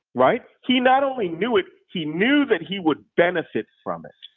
right? he not only knew it, he knew that he would benefit from it,